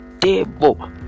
table